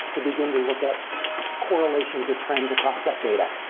to begin to look at correlations or trends across that data.